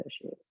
issues